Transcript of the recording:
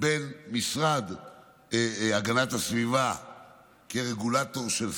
בין המשרד להגנת הסביבה כרגולטור של סביבה,